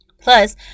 Plus